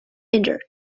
injured